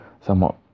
somewhat